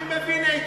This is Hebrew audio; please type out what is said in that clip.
אני מבין היטב,